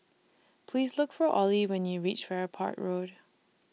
Please Look For Olie when YOU REACH Farrer Park Road